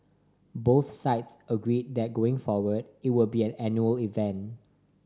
both sides agreed that going forward it would be an annual event